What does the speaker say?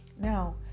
Now